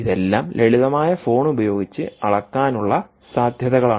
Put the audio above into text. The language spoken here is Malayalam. ഇതെല്ലാം ലളിതമായ ഫോൺ ഉപയോഗിച്ച് അളക്കാനുള്ള സാധ്യതകളാണ്